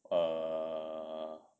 uh